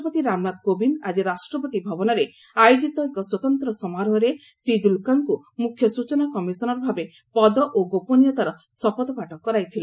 ରାଷ୍ଟ୍ରପତି ରାମନାଥ କୋବିନ୍ଦ ଆକି ରାଷ୍ଟ୍ରପତି ଭବନରେ ଆୟୋଜିତ ଏକ ସ୍ୱତନ୍ତ୍ର ସମାରୋହରେ ଶ୍ରୀ କୁଲ୍କାଙ୍କୁ ମ୍ରଖ୍ୟ ସ୍ବଚନା କମିଶନର ଭାବେ ପଦ ଓ ଗୋପନୀୟତାର ଶପଥ ପାଠ କରାଇଥିଲେ